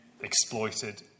exploited